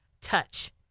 Touch